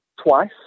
twice